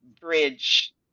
bridge